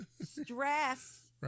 stress